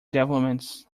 developments